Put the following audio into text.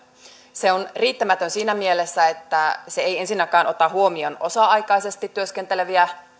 se on riittämätön siinä mielessä että se ei ensinnäkään ota huomioon osa aikaisesti työskenteleviä